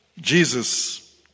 Jesus